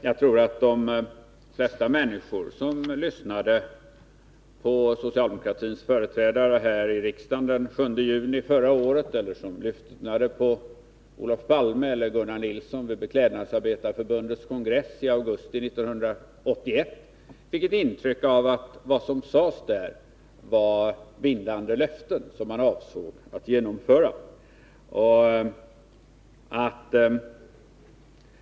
Jag tror att de flesta människor som lyssnade på socialdemokratins företrädare här i riksdagen den 7 juni förra året eller som lyssnade på Olof Palme eller Gunnar Nilsson vid Beklädnadsarbetarnas förbunds kongress i augusti 1981 fick intrycket att det som sades var bindande löften som man avsåg att genomföra.